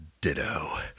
Ditto